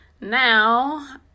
Now